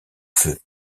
feu